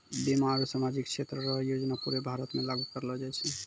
बीमा आरू सामाजिक क्षेत्र रो योजना पूरे भारत मे लागू करलो जाय छै